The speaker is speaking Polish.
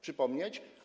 Przypomnieć?